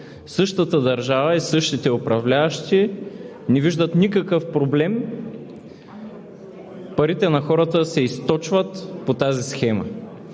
същата държава и същите управляващи не виждат никакъв проблем – парите на хората се източват по тази схема.